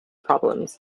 problems